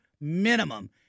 minimum